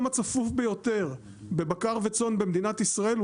הצפוף ביותר בבקר וצאן במדינת ישראל,